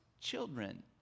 children